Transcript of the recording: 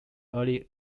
early